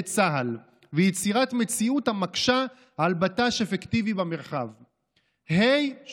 צה"ל ויצירת מציאות המקשה על בט"ש אפקטיבי במרחב"; שוב,